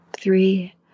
Three